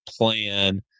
plan